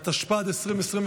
התשפ"ד 2023,